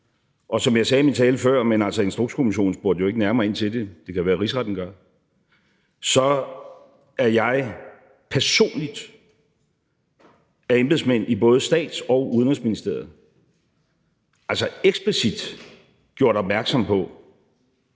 og som jeg sagde i min tale før: Instrukskommissionen spurgte jo ikke nærmere ind til det; det kan være, at Rigsretten gør. Så er jeg personligt af embedsmænd i både Stats- og Udenrigsministeriet altså eksplicit blevet gjort opmærksom på,